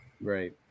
Right